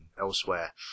elsewhere